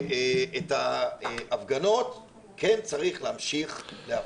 את ההפגנות צריך להמשיך לאפשר.